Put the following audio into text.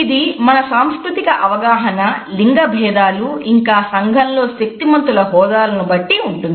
ఇది మన సాంస్కృతిక అవగాహన లింగ భేదాలు ఇంకా సంఘంలో శక్తిమంతుల హోదా లను బట్టి ఉంటుంది